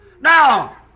Now